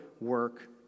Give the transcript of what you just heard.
work